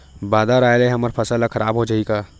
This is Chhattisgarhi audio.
बादर आय ले हमर फसल ह खराब हो जाहि का?